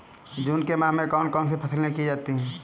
जून के माह में कौन कौन सी फसलें की जाती हैं?